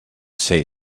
say